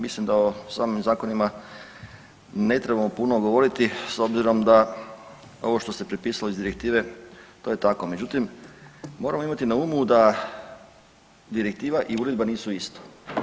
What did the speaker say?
Mislim da o samim zakonima ne trebamo puno govoriti s obzirom da ovo što ste prepisali iz direktive to je tako, međutim moramo imati na umu da direktiva i uredba nisu isto.